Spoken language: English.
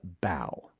bow